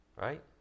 right